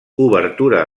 obertura